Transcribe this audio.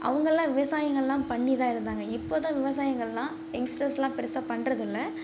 அவங்கலாம் விவசாயங்களெலாம் பண்ணி தான் இருந்தாங்க இப்போ தான் விவசாயங்களெலாம் எங்ஸ்டர்ஸெலாம் பெருசாக பண்ணுறதில்ல